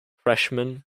freshmen